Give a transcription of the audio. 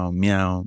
meow